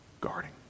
guarding